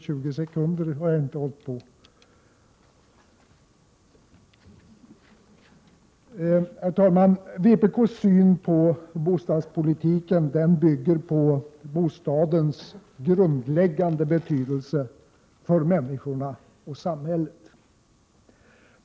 Vpk:s syn på bostadspolitiken bygger på bostadens grundläg gande betydelse för människorna och samhället.